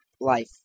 life